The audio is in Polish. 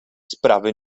sprawy